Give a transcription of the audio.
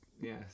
Yes